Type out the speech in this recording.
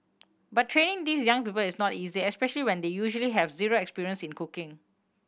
but training these young people is not easy especially when they usually have zero experience in cooking